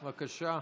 בבקשה,